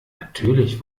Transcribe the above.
natürlich